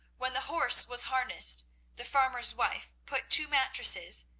when the horse was harnessed the farmer's wife put two mattresses,